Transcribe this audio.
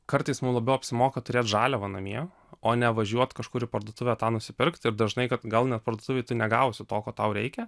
kartais mum labiau apsimoka turėt žaliavą namie o ne važiuot kažkur į parduotuvę tą nusipirkt ir dažnai gal net parduotuvėj tu negausi to ko tau reikia